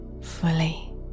fully